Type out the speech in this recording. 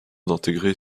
d’intégrer